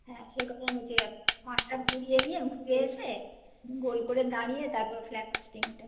হ্যাঁ সেই কথাই আমি বলছি মাঠটা ঘুরিয়ে নিয়ে ঘুরে এসে গোল করে দাঁড়িয়ে তারপর ফ্ল্যাগ হোয়েস্টিংটা